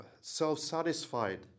self-satisfied